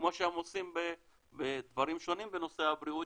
כמו שהם עושים דברים שונים בנושא הבריאות,